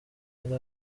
yari